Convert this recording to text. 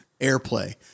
airplay